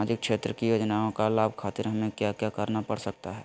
सामाजिक क्षेत्र की योजनाओं का लाभ खातिर हमें क्या क्या करना पड़ सकता है?